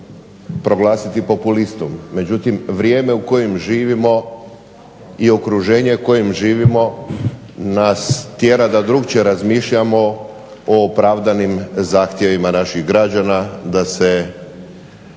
proglasiti populistom. Međutim, vrijeme u kojem živimo i okruženje u kojem živimo nas tjera da drukčije razmišljamo o opravdanim zahtjevima naših građana da se